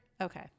okay